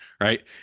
Right